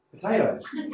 potatoes